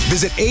Visit